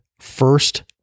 first